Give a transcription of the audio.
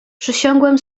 przysiągłem